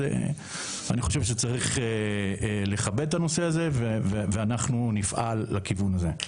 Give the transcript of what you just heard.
אני חושב שצריך לכבד את הנושא הזה ואנחנו נפעל לכיוון הזה.